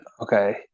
Okay